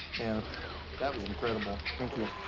and that was incredible. thank you.